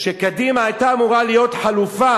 שקדימה היתה אמורה להיות חלופה,